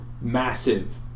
massive